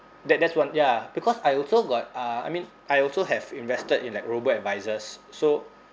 that that's one ya because I also got uh I mean I also have invested in like robo advisors so